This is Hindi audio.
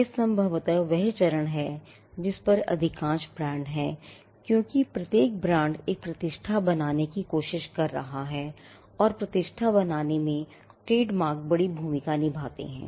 यह संभवतः वह चरण है जिस पर अधिकांश ब्रांड हैं क्योंकि प्रत्येक ब्रांड एक प्रतिष्ठा बनाने की कोशिश कर रहा है और प्रतिष्ठा बनाने में ट्रेडमार्क बड़ी भूमिका निभाते हैं